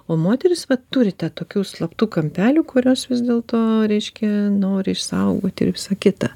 o moteris vat turi ta tokių slaptų kampelių kuriuos vis dėlto reiškia nori išsaugoti ir visa kita